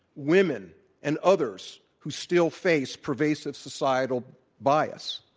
women and others who still face pervasive societal bias.